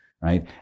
Right